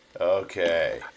Okay